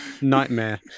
Nightmare